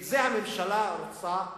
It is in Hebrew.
את זה הממשלה רוצה,